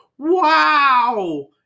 wow